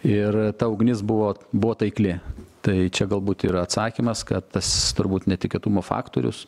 ir ta ugnis buvo buvo taikli tai čia galbūt ir atsakymas kad tas turbūt netikėtumo faktorius